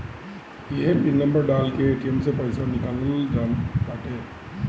इहे pin number डाल के ए.टी.एम से पईसा निकालल जात बाटे